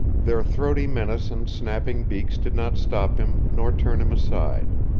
their throaty menace and snapping beaks did not stop him nor turn him aside.